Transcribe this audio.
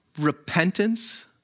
repentance